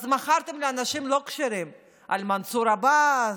אז מכרתם לאנשים לוקשים על מנסור עבאס,